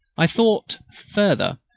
i thought, further,